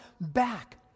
back